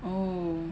oh